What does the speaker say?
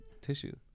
tissue